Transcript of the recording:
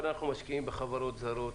אנחנו משקיעים בחברות זרות